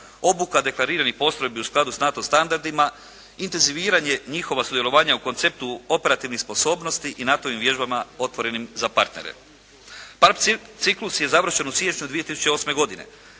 obuka deklariranih postrojbi u skladu sa NATO standardima, inteviziranje njihova sudjelovanja u konceptu operativnih sposobnosti i NATO-vim vježbama otvorenim za partnere. PAL ciklus je završen u siječnju 2008 godine.